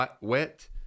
wet